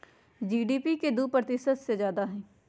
GDP के दु प्रतिशत से जादा हई